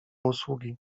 usługi